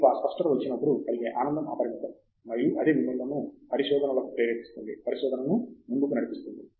తంగిరాల అప్పుడు మీకు ఆ స్పష్టత వచ్చినప్పుడు కలిగే ఆనందం అపరిమితం మరియు అదే మిమ్ములను పరిశోధనలకు ప్రేరేపిస్తుంది పరిశోధనను ముందుకు నడిపిస్తుంది